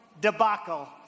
debacle